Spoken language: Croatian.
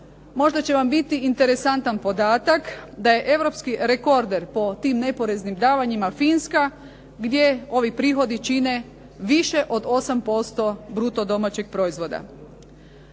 Možda će vam biti interesantan podatak da je europski rekorder po tim neporeznim davanjima Finska gdje ovi prihodi čine više od 8% bruto domaćeg proizvoda.